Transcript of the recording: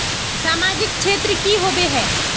सामाजिक क्षेत्र की होबे है?